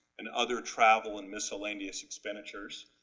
and other travel and miscellaneous expenditures,